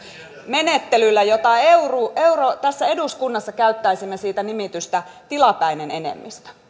menettelyllä josta tässä eduskunnassa käyttäisimme nimitystä tilapäinen enemmistö